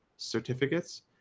Certificates